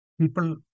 people